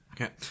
Okay